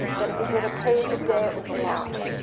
that if he did a page a day, it was a lot,